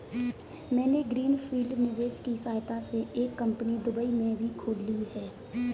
मैंने green field निवेश की सहायता से एक कंपनी दुबई में भी खोल ली है